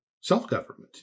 self-government